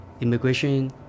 immigration